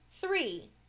three